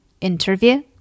interview